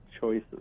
choices